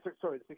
Sorry